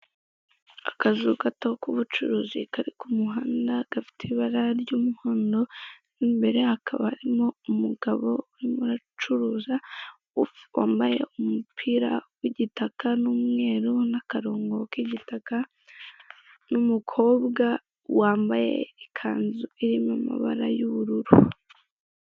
Akazu gato k'ubucuruzi, kari ku muhanda, gafite ibara ry'umuhondo, mo imbre hakaba harimo umugabo urimo uracuruza, wambaye umupira w'igitaka n'umweru, n'akarongo k'igitaka, n'umukobwa wambaye ikanzu irimo amabara y'ubururu.